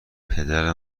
پدر